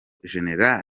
gen